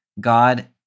God